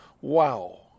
wow